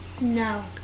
no